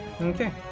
Okay